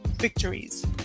victories